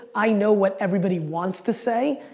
i know what everybody wants to say,